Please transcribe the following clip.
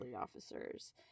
officers